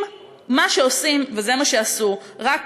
אם מה שעושים, וזה מה שעשו, רק